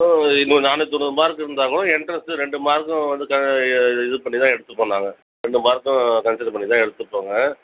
நு நானூற்று தொண்ணூறு மார்க் இருந்தால்கூட எண்ட்ரன்ஸில் ரெண்டு மார்க்கும் வந்து இது பண்ணி தான் எடுத்துப்போம் நாங்கள் ரெண்டு மார்க்கும் கன்சிடர் பண்ணி தான் எடுத்துப்போங்க